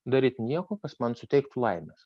daryt nieko kas man suteiktų laimės